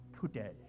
today